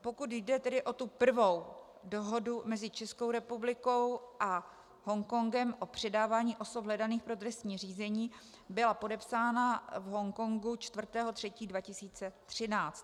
Pokud jde tedy o tu prvou dohodu mezi Českou republikou a Hongkongem o předávání osob hledaných pro trestní řízení, byla podepsána v Hongkongu 4. 3. 2013.